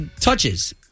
Touches